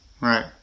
Right